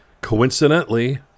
coincidentally